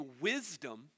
wisdom